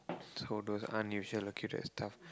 so those unusual accurate stuff